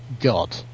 God